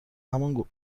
همان